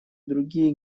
другие